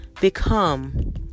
become